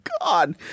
God